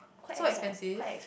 so expensive